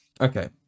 Okay